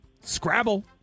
Scrabble